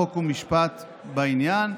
חוק ומשפט בעניין,